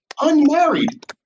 unmarried